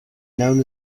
known